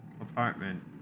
apartment